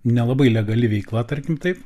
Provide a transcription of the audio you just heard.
nelabai legali veikla tarkim taip